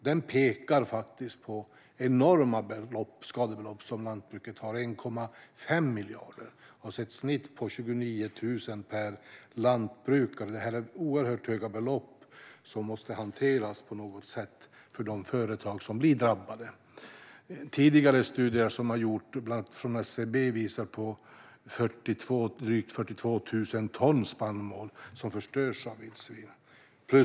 Den pekar på enorma belopp för skador som lantbruket har - 1,5 miljarder, alltså ett snitt på 29 000 per lantbrukare. Detta är oerhört stora belopp som måste hanteras på något sätt för de företag som blir drabbade. Tidigare studier som har gjorts, bland annat av SCB, visar på drygt 42 000 ton spannmål som förstörs av vildsvin.